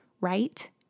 right